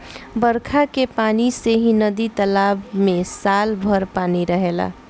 बरखा के पानी से ही नदी तालाब में साल भर पानी रहेला